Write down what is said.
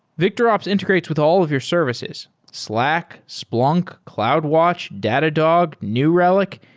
victorops integrates with all of your services slack, splunk, cloudwatch, datadog, new relic,